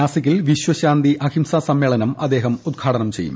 നാസിക്കിൽ വിശ്വശാന്തി അഹിംസ സമ്മേളനം അദ്ദേഹം ഉദ്ഘാടനം ചെയ്യും